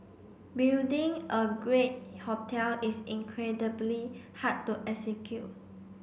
building a great hotel is incredibly hard to execute